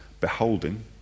beholding